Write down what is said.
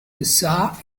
causa